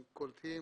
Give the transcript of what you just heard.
הם קולטים